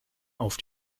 auf